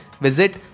visit